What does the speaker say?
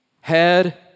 head